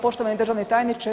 Poštovani državni tajniče.